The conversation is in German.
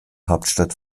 hauptstadt